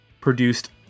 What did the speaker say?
produced